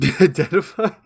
Identify